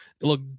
look